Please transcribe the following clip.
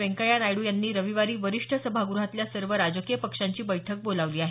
व्यंकय्या नायडू यांनी रविवारी वरिष्ठ सभाग्रहातल्या सर्व राजकीय पक्षांची बैठक बोलावली आहे